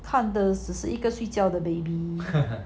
看的只是一个睡觉的 baby